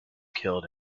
killed